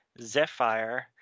Zephyr